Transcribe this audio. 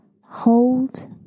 hold